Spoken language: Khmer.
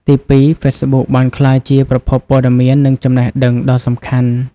ទីពីរ ហ្វេសប៊ុកបានក្លាយជា ប្រភពព័ត៌មាន និងចំណេះដឹង ដ៏សំខាន់។